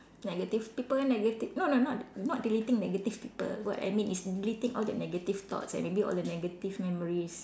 negative people negative no no not not deleting negative people what I mean is deleting all the negative thoughts and maybe all the negative memories